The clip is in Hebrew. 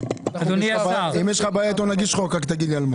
אם יש לך בעיה איתו נגיש חוק, רק תגיד על מה.